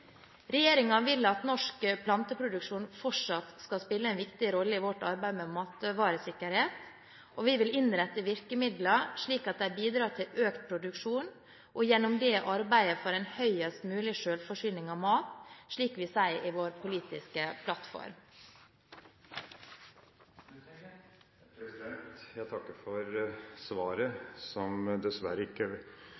vil at norsk planteproduksjon fortsatt skal spille en viktig rolle i vårt arbeid med matvaresikkerhet. Vi vil innrette virkemidlene slik at de bidrar til økt produksjon og gjennom dette arbeide for en høyest mulig selvforsyning av mat, slik vi sier i vår politiske plattform. Jeg takker for svaret,